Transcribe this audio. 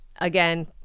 again